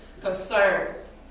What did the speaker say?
concerns